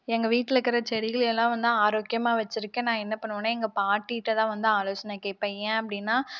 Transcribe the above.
எங்கள் வீட்டில இருக்கிற செடிகளை எல்லாம் வந்து ஆரோக்கியமா வச்சிருக்கேன் நான் என்ன பண்ணுவேன்னால் எங்கள் பாட்டிகிட்டதான் வந்து ஆலோசனை கேட்பன் ஏன் அப்படின்னா